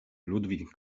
ludwig